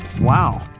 Wow